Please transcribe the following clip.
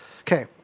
Okay